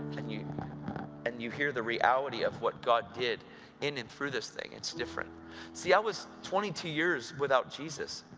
and you and you hear the reality of what god did in and through this thing, it's different. you see, i was twenty two years without jesus.